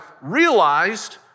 realized